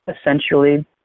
essentially